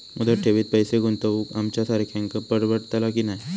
मुदत ठेवीत पैसे गुंतवक आमच्यासारख्यांका परवडतला की नाय?